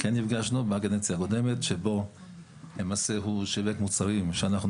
כן נפגשנו בקדנציה הקודמת שבה למעשה הוא שיווק מוצרים שאנחנו